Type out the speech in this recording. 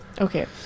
okay